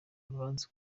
urubanza